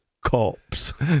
cops